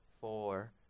four